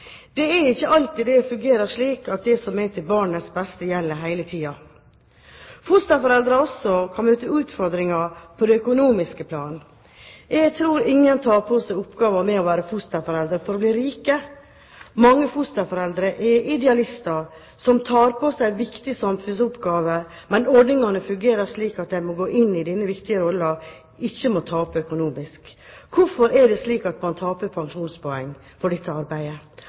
Det er ikke alltid det fungerer slik at det som er til barnets beste, gjelder hele tiden. Fosterforeldre kan også møte utfordringer på det økonomiske plan. Jeg tror ingen tar på seg oppgaven med å være fosterforeldre for å bli rike. Mange fosterforeldre er idealister som tar på seg viktige samfunnsoppgaver. Men ordningene må fungere slik at de som går inn i denne viktige rollen, ikke taper økonomisk. Hvorfor er det slik at man taper pensjonspoeng på dette arbeidet?